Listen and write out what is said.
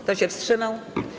Kto się wstrzymał?